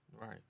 Right